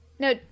No